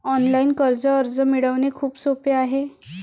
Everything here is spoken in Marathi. ऑनलाइन कर्ज अर्ज मिळवणे खूप सोपे आहे